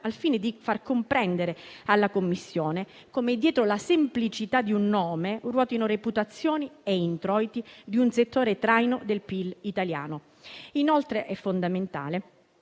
al fine di far comprendere alla Commissione come dietro alla semplicità di un nome ruotino reputazioni e introiti di un settore traino del PIL italiano. È altresì fondamentale